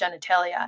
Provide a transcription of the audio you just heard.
genitalia